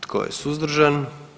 Tko je suzdržan?